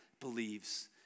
believes